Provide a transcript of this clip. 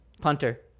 punter